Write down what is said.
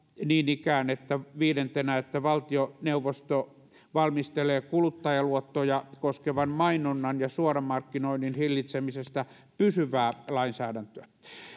niin ikään viidentenä valtioneuvosto valmistelee kuluttajaluottoja koskevan mainonnan ja suoramarkkinoinnin hillitsemisestä pysyvää lainsäädäntöä